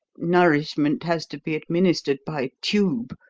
nourishment has to be administered by tube,